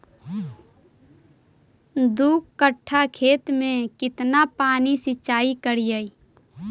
दू कट्ठा खेत में केतना पानी सीचाई करिए?